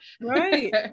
Right